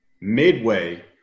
midway